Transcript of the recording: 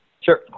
Sure